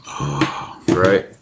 Right